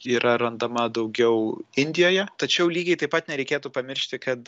yra randama daugiau indijoje tačiau lygiai taip pat nereikėtų pamiršti kad